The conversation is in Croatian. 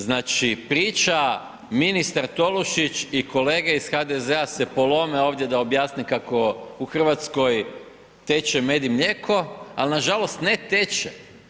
Znači, priča ministar Tolušić i kolege iz HDZ-a se polome ovdje da objasne kako u Hrvatskoj teče med i mlijeko, ali nažalost ne teče.